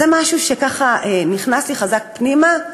זה משהו שנכנס לי חזק פנימה,